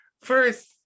first